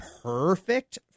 perfect